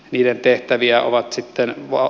niiden tehtäviä ovat sitten vaan